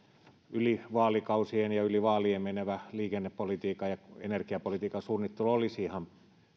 yli vaalikausien ja yli vaalien menevä liikennepolitiikan ja energiapolitiikan suunnittelu olisi ihan